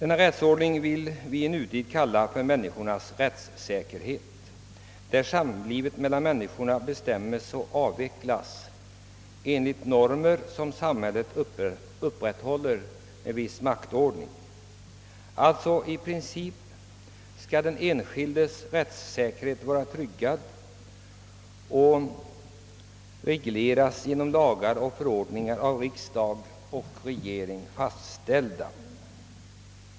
Nu för tiden kallar vi den människornas rättssäkerhet, där samlivet mellan dem bestämmes och avvecklas enligt givna normer, som samhället upprätthåller genom en viss maktordning. I princip skall den enskildes rättssäkerhet vara tryggad och reglerad genom lagar och förordningar, av riksdag och regering fastställda.